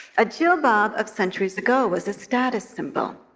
a jilbab of centuries ago was a status symbol,